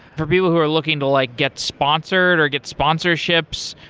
for people who are looking to like gets sponsored or get sponsorships,